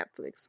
netflix